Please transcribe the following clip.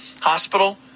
Hospital